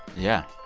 yeah.